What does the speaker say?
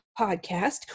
podcast